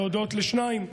להודות לשניים: